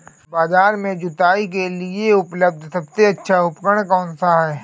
बाजार में जुताई के लिए उपलब्ध सबसे अच्छा उपकरण कौन सा है?